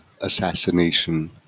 assassination